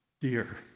dear